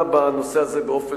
בבקשה,